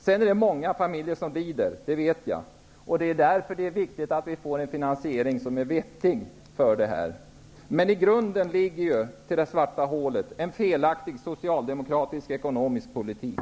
Det finns många familjer som lider. Det vet jag. Det är därför som det är viktigt att vi får en finansiering som är vettig. Bakgrunden till det svarta hålet är en felaktig socialdemokratisk ekonomisk politik.